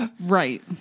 Right